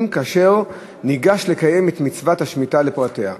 כאשר ניגש לקיים את מצוות השמיטה לפרטיה.